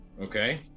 Okay